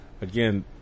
again